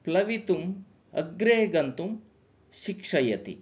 प्लवितुम् अग्रे गन्तुं शिक्षयति